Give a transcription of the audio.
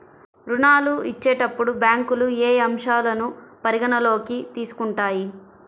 ఋణాలు ఇచ్చేటప్పుడు బ్యాంకులు ఏ అంశాలను పరిగణలోకి తీసుకుంటాయి?